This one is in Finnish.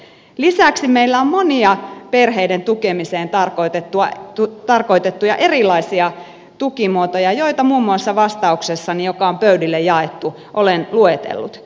lisäksi meillä on monia perheiden tukemiseen tarkoitettuja erilaisia tukimuotoja joita muun muassa vastauksessani joka on pöydille jaettu olen luetellut